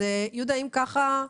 יהודה, אם ככה,